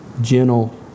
gentle